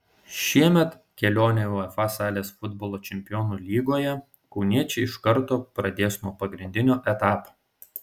šiemet kelionę uefa salės futbolo čempionų lygoje kauniečiai iš karto pradės nuo pagrindinio etapo